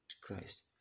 christ